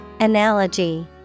Analogy